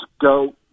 go